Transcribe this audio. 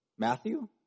Matthew